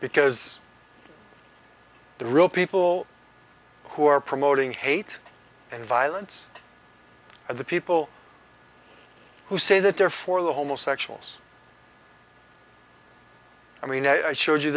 because the real people who are promoting hate and violence are the people who say that they're for the homosexuals i mean i showed you